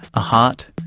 a heart,